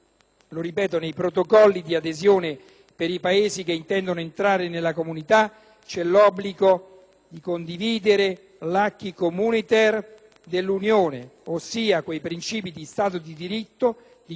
di condividere l'*acquis communautaire* dell'Unione, ossia quei principi di stato di diritto, di giustizia, di politica economica su cui si basa tutto il progetto europeo dal 1957.